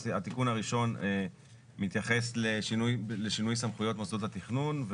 התיקון הראשון מתייחס לשינוי סמכויות מוסדות התכנון.